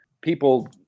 people